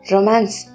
Romance –